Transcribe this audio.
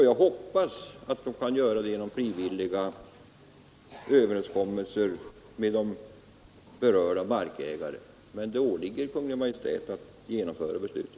Jag hoppas att det kan ske genom frivilliga överenskommelser med berörda markägare, men det åligger som sagt Kungl. Maj:t att genomföra beslutet.